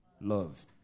Love